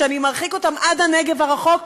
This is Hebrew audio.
ואני מרחיק אותם עד הנגב הרחוק,